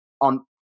on